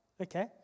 okay